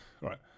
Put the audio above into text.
Right